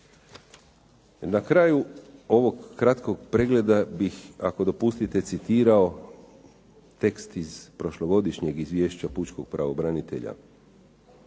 Na kraju ovog kratkog pregleda bih ako dopustite citirao tekst iz prošlogodišnjeg izvješća pučkog pravobranitelja.